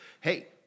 Hey